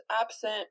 absent